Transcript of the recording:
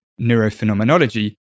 neurophenomenology